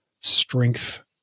strength